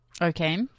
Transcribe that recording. Okay